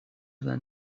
than